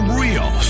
real